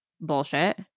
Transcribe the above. Bullshit